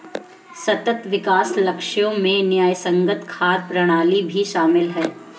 सतत विकास लक्ष्यों में न्यायसंगत खाद्य प्रणाली भी शामिल है